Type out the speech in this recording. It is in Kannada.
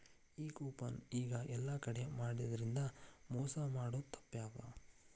ಈ ಕೂಪನ್ ಈಗ ಯೆಲ್ಲಾ ಕಡೆ ಮಾಡಿದ್ರಿಂದಾ ಮೊಸಾ ಮಾಡೊದ್ ತಾಪ್ಪ್ಯಾವ